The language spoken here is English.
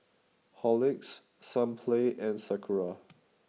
Horlicks Sunplay and Sakura